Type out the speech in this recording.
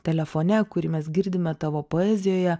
telefone kurį mes girdime tavo poezijoje